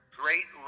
great